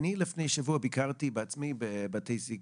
לפני שבוע ביקרתי בעצמי בבתי הזיקוק,